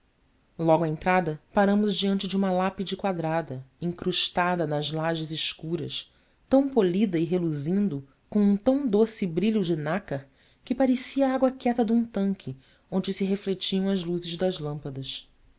logo à entrada paramos diante de uma lápide quadrada incrustada nas lajes escuras tão polida e reluzindo com um tão doce brilho de nácar que parecia a água quieta de um tanque onde se refletiam as luzes das lâmpadas